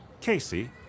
Casey